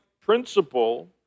principle